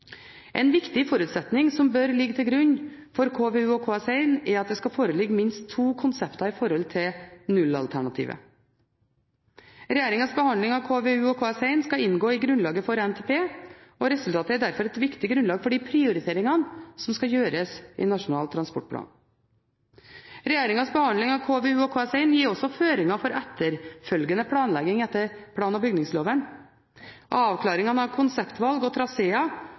En viktig forutsetning som bør ligge til grunn for KVU og KS1, er at det skal foreligge minst to konsepter i forhold til nullalternativet. Regjeringens behandling av KVU og KS1 skal inngå i grunnlaget for NTP, og resultatet er derfor et viktig grunnlag for de prioriteringene som skal gjøres i Nasjonal transportplan. Regjeringens behandling av KVU og KS1 gir også føringer for etterfølgende planlegging etter plan- og bygningsloven, og avklaringene av konseptvalg og